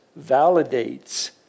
validates